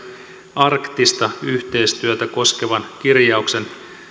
arktista yhteistyötä koskevan kirjauksen